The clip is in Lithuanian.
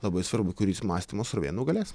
labai svarbu kuri mąstymo srovė nugalės